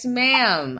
ma'am